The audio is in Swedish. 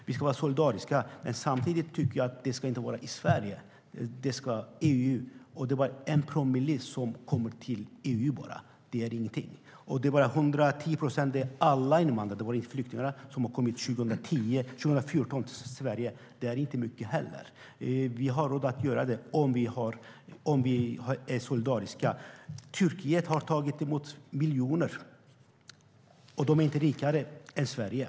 Vi ska vara solidariska. Det gäller inte bara Sverige utan EU. Det kom 1 promille till EU, och det är ingenting. År 2014 kom det 110 000 invandrare till Sverige, inte bara flyktingar. Det är inte mycket. Vi har råd att göra det om vi är solidariska. Turkiet har tagit emot miljoner flyktingar, och Turkiet är inte rikare än Sverige.